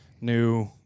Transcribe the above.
New